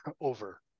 over